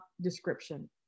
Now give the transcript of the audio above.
description